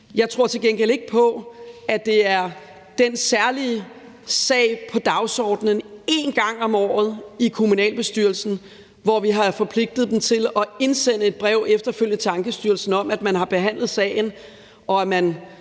Jeg tror til gengæld ikke på, at det er den særlige sag på dagsordenen én gang om året i kommunalbestyrelsen, hvor vi har forpligtet dem til efterfølgende at indsende et brev til Ankestyrelsen om, at man har behandlet sagen, og at man